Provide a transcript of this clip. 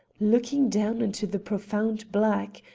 looking down into the profound black,